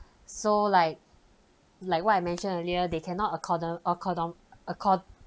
so like like what I mentioned earlier they cannot acco~ acco~ accond~